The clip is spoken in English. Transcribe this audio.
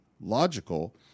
logical